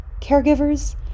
caregivers